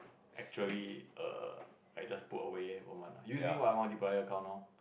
actually err I just put away one month lah using my multiplier account now